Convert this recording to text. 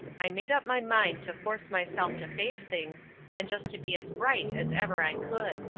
i made up my mind to force myself to face things and just to be as bright as ever i could.